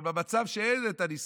אבל במצב שאין את הניסים,